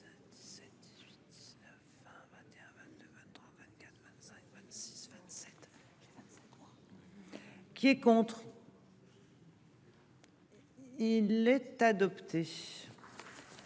Qui est contre. Il est adopté.